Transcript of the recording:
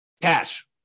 Cash